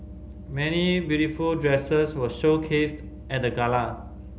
many beautiful dresses were showcased at the gala